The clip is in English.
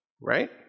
Right